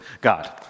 God